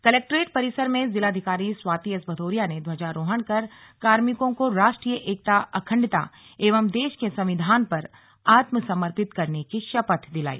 collectorate परिसर में जिलाधिकारी स्वाति एस भदौरिया ने ध्वजारोहण कर कार्मिकों को राष्ट्रीय एकता अखण्डता एवं देश के संविधान पर आत्मर्पित करने की शपथ दिलाई